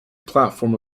platform